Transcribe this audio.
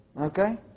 Okay